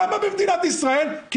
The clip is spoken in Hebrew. למה במדינת ישראל לא?